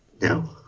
No